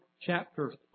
chapter